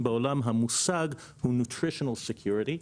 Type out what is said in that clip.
בעולם המושג הוא Nutrition Security,